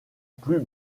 plus